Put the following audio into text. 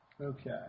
Okay